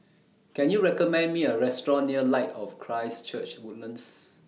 Can YOU recommend Me A Restaurant near Light of Christ Church Woodlands